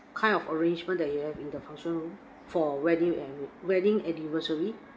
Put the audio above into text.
kind of arrangement that you have in the function room for wedding and wedding anniversary